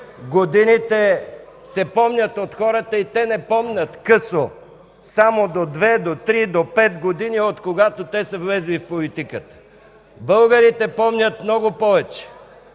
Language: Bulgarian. годините се помнят от хората и те не помнят късо – само до две, до три, до пет години, откогато те са влезли в политиката. Българите помнят много повече.